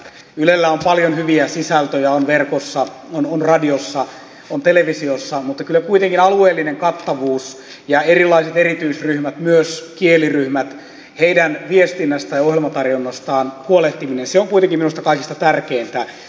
ylellä on paljon hyviä sisältöjä on verkossa on radiossa on televisiossa mutta kyllä kuitenkin alueellinen kattavuus ja erilaiset erityisryhmät myös kieliryhmät heidän viestinnästään ja ohjelmatarjonnastaan huolehtiminen on minusta kaikista tärkeintä